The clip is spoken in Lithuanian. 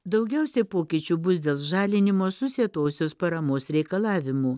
daugiausia pokyčių bus dėl žalinimo susietosios paramos reikalavimų